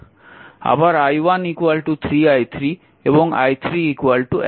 আবার i1 3 i3 এবং i3 1 ampere